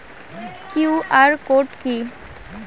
QR code কি?